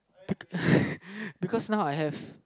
because now I have